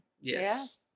Yes